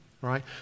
right